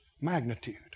magnitude